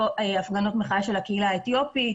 הפגנות מחאה של הקהילה האתיופית